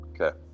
Okay